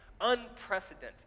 Unprecedented